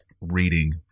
reading